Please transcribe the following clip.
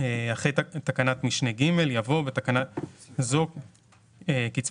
אחרי תקנת משנה (ג) יבוא: "בתקנה זו "קצבת